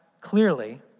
clearly